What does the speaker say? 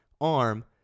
arm